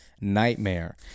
nightmare